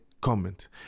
comment